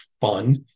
fun